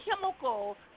chemical